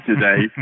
today